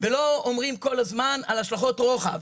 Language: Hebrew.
ולא מדברים כל הזמן על השלכות רוחב.